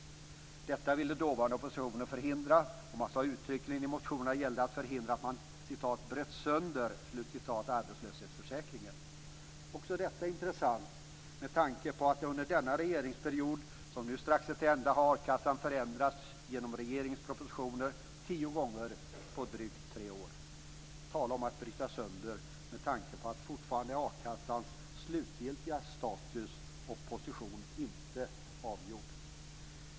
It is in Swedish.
Detta ville dåvarande oppositionen förhindra, och man sade uttryckligen i motionen att det gällde att förhindra att man "bröt sönder" arbetslöshetsförsäkringen. Också detta är intressant med tanke på att a-kassan under den regeringsperiod som nu strax är till ända förändrats genom regeringens propositioner tio gånger på drygt tre år. Tala om att bryta sönder med tanke på att a-kassans slutgiltiga status och position fortfarande inte är avgjord.